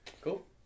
Cool